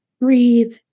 breathe